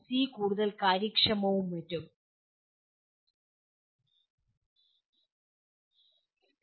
C കൂടുതൽ കാര്യക്ഷമമാണ് അങ്ങനെ